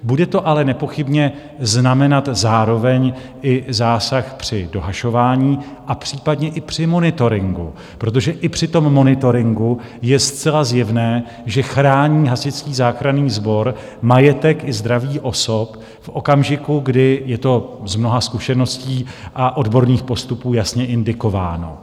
Bude to ale nepochybně znamenat zároveň i zásah při dohašování a případně i při monitoringu, protože i při tom monitoringu je zcela zjevné, že chrání Hasičský záchranný sbor majetek i zdraví osob v okamžiku, kdy je to z mnoha zkušeností a odborných postupů jasně indikováno.